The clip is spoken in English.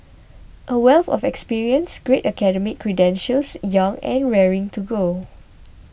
a wealth of experience great academic credentials young and raring to go